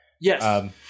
Yes